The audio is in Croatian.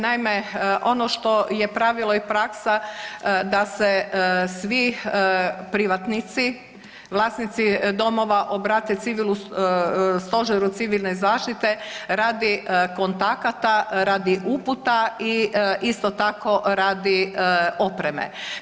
Naime, ono što je pravilo i praksa da se svi privatnici vlasnici domova obrate stožeru civilne zaštite radi kontakata, radi uputa i isto tako radi opreme.